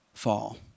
Fall